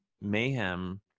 Mayhem